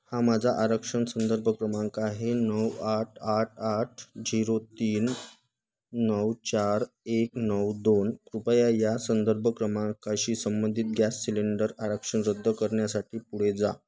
हा माझा आरक्षण संदर्भ क्रमांक आहे नऊ आठ आठ आठ झिरो तीन नऊ चार एक नऊ दोन कृपया या संदर्भ क्रमांकाशी संबंधित गॅस सिलेंडर आरक्षण रद्द करण्यासाठी पुढे जा